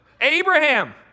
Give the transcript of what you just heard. Abraham